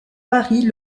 paris